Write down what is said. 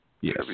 yes